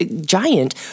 giant